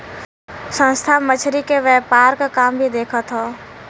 संस्था मछरी के व्यापार क काम भी देखत हौ